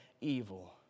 evil